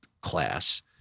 class